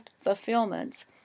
fulfillments